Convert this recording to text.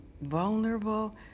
vulnerable